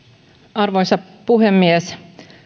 arvoisa puhemies